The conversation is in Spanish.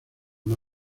una